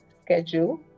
schedule